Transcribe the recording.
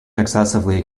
excessively